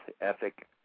ethic